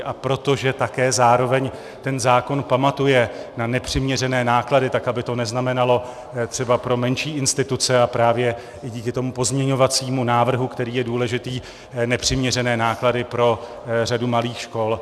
A protože také zároveň ten zákon pamatuje na nepřiměřené náklady, tak aby to neznamenalo třeba pro menší instituce, a právě i díky tomu pozměňovacímu návrhu, který je důležitý, nepřiměřené náklady pro řadu malých škol.